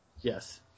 Yes